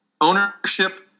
ownership